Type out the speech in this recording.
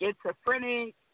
schizophrenic